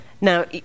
now